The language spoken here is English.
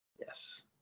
Yes